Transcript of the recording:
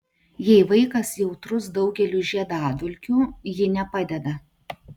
jei vaikas jautrus daugeliui žiedadulkių ji nepadeda